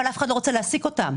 אבל אף אחד לא רוצה להעסיק אותן.